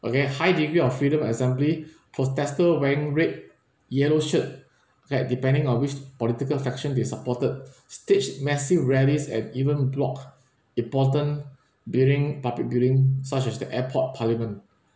okay high degree of freedom assembly protester wearing red yellow shirt okay depending on which political faction they supported staged massive rallies and even block important building public building such as the airport parliament